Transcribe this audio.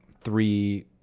three